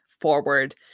forward